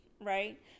Right